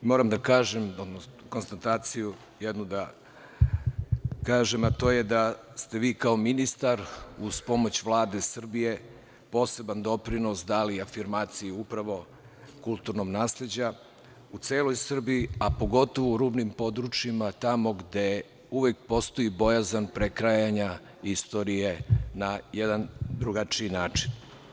Moram da kažem jednu konstataciju, a to je da ste vi kao ministar uz pomoć Vlade Srbije poseban doprinos dali afirmaciji upravo kulturnom nasleđu u celoj Srbiji, a pogotovo u rubnim područjima tamo gde uvek postoji bojazan prekrajanja istorije na jedan drugačiji način.